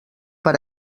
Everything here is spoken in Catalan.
per